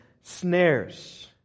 snares